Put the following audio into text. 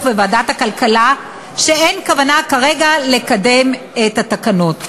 וועדת הכלכלה שאין כוונה כרגע לקדם את התקנות.